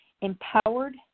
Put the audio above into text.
empowered